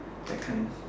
that kind